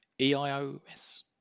E-I-O-S